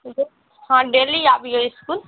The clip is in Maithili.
हाँ डेली आबियौ इसकूल